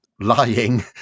lying